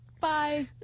Bye